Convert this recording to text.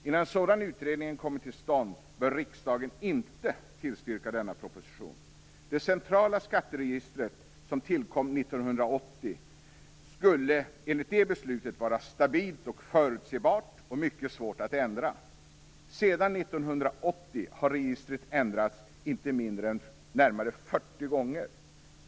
Innan en sådan utredning kommer till stånd bör riksdagen inte tillstyrka denna proposition. Det centrala skatteregistret, som tillkom 1980, skulle enligt det beslutet vara stabilt och förutsebart och mycket svårt att ändra. Sedan 1980 har registret ändrats inte mindre än närmare 40 gånger.